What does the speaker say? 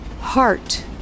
heart